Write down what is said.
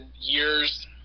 years